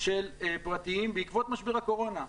של פרטיים בעקבות משבר הקורונה.